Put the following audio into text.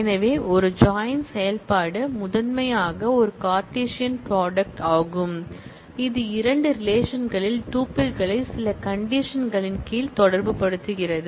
எனவே ஒரு ஜாயின் செயல்பாடு முதன்மையாக ஒரு கார்ட்டீசியன் ப்ராடக்ட் ஆகும் இது இரண்டு ரிலேஷன்களில் டூப்பிள்களை சில கண்டிஷன் களின் கீழ் தொடர்புபடுத்துகிறது